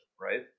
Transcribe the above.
right